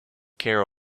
care